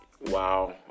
Wow